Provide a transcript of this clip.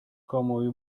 kamuoyu